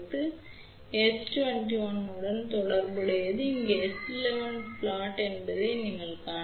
இப்போது இந்த S21 உடன் தொடர்புடையது இது இங்கே S11 சதி என்பதை நீங்கள் காணலாம்